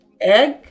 egg